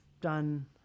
done